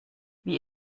wie